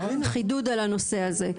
חידוד על הנושא הזה.